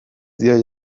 dio